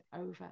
over